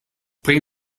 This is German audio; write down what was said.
bring